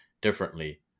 differently